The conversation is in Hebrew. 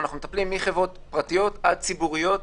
אנחנו מטפלים מחברות פרטיות עד ציבוריות,